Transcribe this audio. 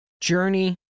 journey